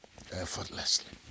Effortlessly